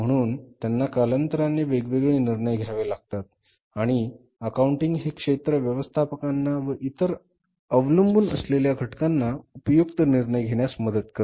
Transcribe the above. म्हणून त्यांना कालांतराने वेगवेगळे निर्णय घ्यावे लागतात आणि अकाउंटिंग हे क्षेत्र व्यवस्थापकांना व इतर अवलंबून असलेल्या घटकांना उपयुक्त निर्णय घेण्यास मदत करते